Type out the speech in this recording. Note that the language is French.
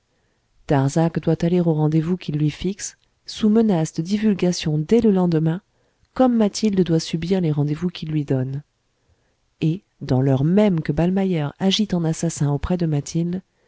darzac doit aller aux rendez-vous qu'il lui fixe sous menace de divulgation dès le lendemain comme mathilde doit subir les rendez-vous qu'il lui donne et dans l'heure même que ballmeyer agit en assassin auprès de mathilde